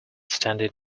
standing